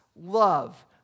love